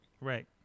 right